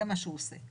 זה מה שהוא עושה,